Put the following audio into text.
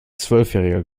zwölfjähriger